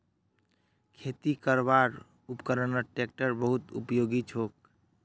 खेती करवार उपकरनत ट्रेक्टर बहुत उपयोगी छोक